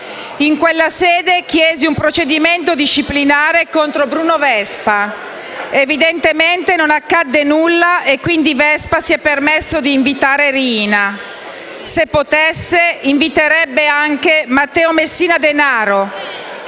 In quella sede chiesi un procedimento disciplinare contro Bruno Vespa. Evidentemente non accadde nulla, quindi Vespa si è permesso di invitare Riina. Se potesse, inviterebbe anche Matteo Messina Denaro;